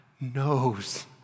knows